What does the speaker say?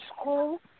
school